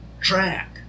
track